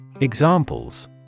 Examples